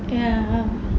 ya